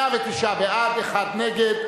109 בעד, אחד נגד.